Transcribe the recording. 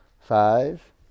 Five